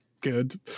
good